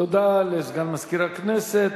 תודה לסגן מזכיר הכנסת.